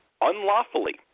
unlawfully